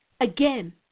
Again